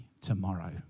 tomorrow